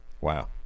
Wow